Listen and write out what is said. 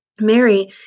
Mary